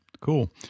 Cool